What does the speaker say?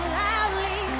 loudly